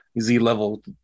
Z-level